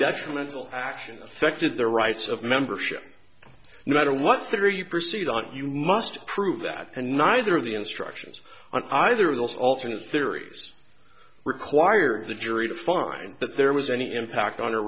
detrimental action affected their rights of membership no matter what theory you proceed on you must prove that and neither of the instructions on either of those alternate theories require the jury to find that there was any impact on her